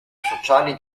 sociali